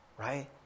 right